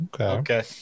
okay